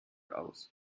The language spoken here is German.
aus